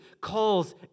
calls